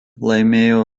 laimėjo